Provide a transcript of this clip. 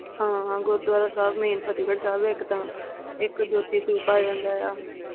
ਹਾਂ ਹਾਂ ਗੁਰਦੁਆਰਾ ਸਾਹਿਬ ਮੇਨ ਫਤਿਹਗੜ੍ਹ ਸਾਹਿਬ ਹੈ ਇੱਕ ਤਾਂ ਇੱਕ ਜੋਤੀ ਸਰੂਪ ਆ ਜਾਂਦਾ ਆ